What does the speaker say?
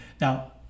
Now